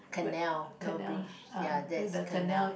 canal no bridge ya that is canal